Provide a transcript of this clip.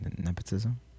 Nepotism